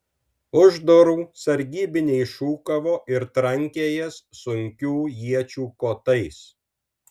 už durų sargybiniai šūkavo ir trankė jas sunkių iečių kotais